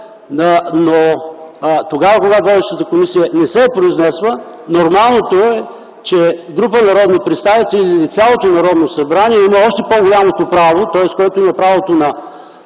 Тогава, когато водещата комисия не се е произнесла, нормалното е, че група народни представители или цялото Народно събрание има още по-голямото право, тоест който има правото на